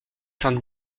saint